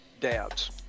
dads